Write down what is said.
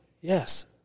Yes